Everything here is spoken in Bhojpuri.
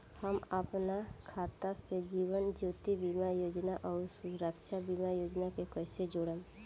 हम अपना खाता से जीवन ज्योति बीमा योजना आउर सुरक्षा बीमा योजना के कैसे जोड़म?